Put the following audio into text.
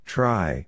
Try